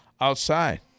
outside